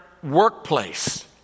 workplace